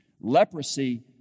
Leprosy